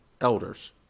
elders